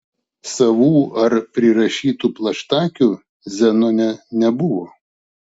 savų ar prirašytų plaštakių zenone nebuvo